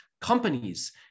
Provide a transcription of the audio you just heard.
companies